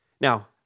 Now